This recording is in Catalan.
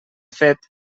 fet